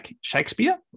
shakespeare